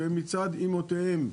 שהם מצד אימותיהם,